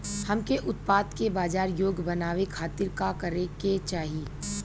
हमके उत्पाद के बाजार योग्य बनावे खातिर का करे के चाहीं?